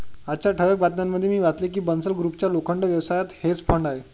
आजच्या ठळक बातम्यांमध्ये मी वाचले की बन्सल ग्रुपचा लोखंड व्यवसायात हेज फंड आहे